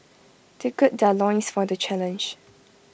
they gird their loins for the challenge